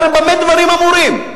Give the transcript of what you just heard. הרי במה דברים אמורים?